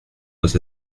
was